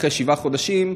אחרי שבעה חודשים,